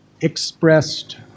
expressed